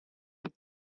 the